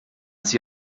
sie